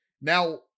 Now